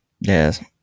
Yes